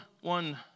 one